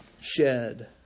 shed